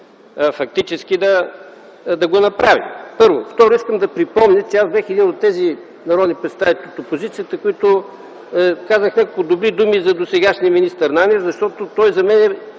фактически да го направи – първо. Второ, искам да припомня, че аз бях един от тези народни представители от опозицията, които казаха няколко добри думи за досегашния министър Нанев, защото той за мен,